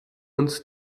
uns